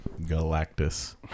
Galactus